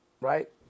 right